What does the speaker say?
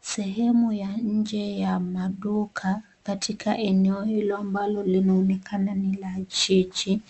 Sehemu ya nje ya maduka katika eneo hilo ambalo linaonekana ni la jiji.